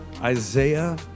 Isaiah